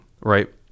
right